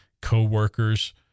co-workers